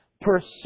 pursue